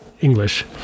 English